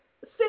sit